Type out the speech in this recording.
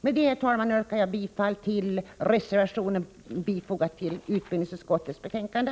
Med detta, herr talman, yrkar jag bifall till reservationen som är fogad till utbildningsutskottets betänkande.